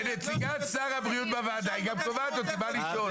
כנציגת שר הבריאות בוועדה היא קובעת לי מה לשאול.